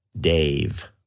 Dave